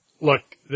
look